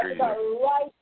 right